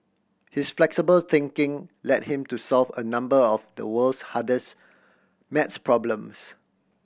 his flexible thinking led him to solve a number of the world's hardest maths problems